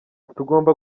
tugomba